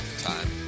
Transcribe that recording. time